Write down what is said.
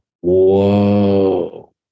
whoa